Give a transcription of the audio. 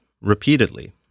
repeatedly